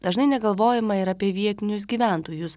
dažnai negalvojama ir apie vietinius gyventojus